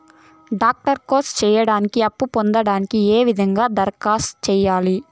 Doctor course సేయడానికి అప్పును పొందడానికి ఏ విధంగా దరఖాస్తు సేయాలి?